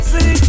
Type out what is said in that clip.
See